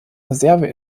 reserve